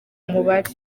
mubare